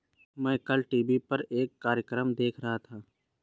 मैं कल टीवी पर एक कार्यक्रम देख रहा था